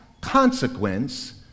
consequence